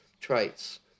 traits